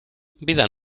vida